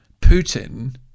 Putin